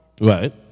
Right